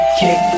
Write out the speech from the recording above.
kick